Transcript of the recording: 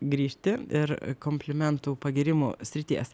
grįžti ir komplimentų pagyrimų srities